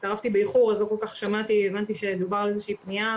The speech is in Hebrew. הצטרפתי באיחור לדיון ואני מבינה שדובר על איזושהי פנייה